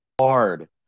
hard